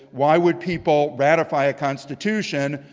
why would people ratify a constitution?